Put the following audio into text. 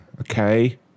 okay